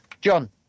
John